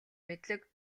мэдлэг